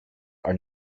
are